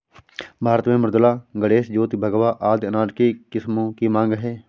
भारत में मृदुला, गणेश, ज्योति, भगवा आदि अनार के किस्मों की मांग है